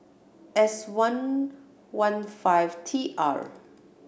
S one one five T R